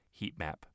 heatmap